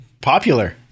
Popular